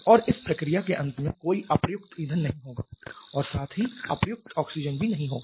और इस प्रक्रिया के अंत में कोई अप्रयुक्त ईंधन नहीं होगा और साथ ही अप्रयुक्त ऑक्सीजन भी नहीं होगा